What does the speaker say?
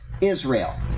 Israel